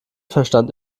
verstand